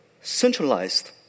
centralized